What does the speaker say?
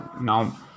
Now